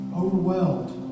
overwhelmed